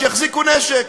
שיחזיקו נשק.